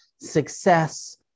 success